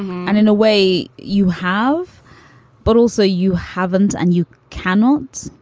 and in a way, you have but also you haven't. and you cannot.